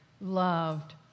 loved